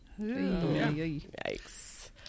Yikes